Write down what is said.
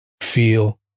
feel